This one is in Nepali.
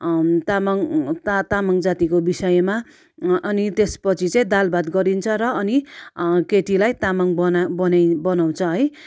तामाङ तामाङ जातिको विषयमा अनि त्यस पछि चाहिँ दाल भात गरिन्छ र अनि केटीलाई तामाङ बना बनी बनाउँछ है